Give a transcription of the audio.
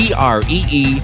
tree